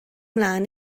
mlaen